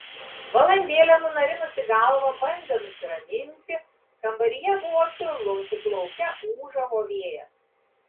valandėlę nunarinusi galvą bandė nusiraminti kambaryje buvo tylu tik lauke ūžavo vėjas